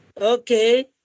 Okay